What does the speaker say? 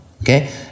okay